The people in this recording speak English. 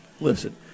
Listen